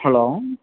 hello